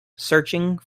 searching